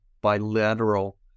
bilateral